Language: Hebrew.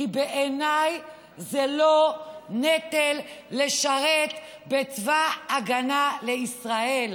כי בעיניי זה לא נטל לשרת בצבא ההגנה לישראל.